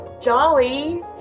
Jolly